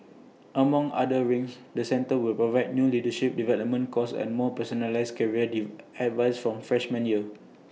among other things the centre will provide new leadership development courses and more personalised career advice from freshman year